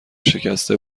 شکسته